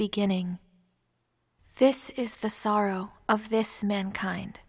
beginning this is the sorrow of this mankind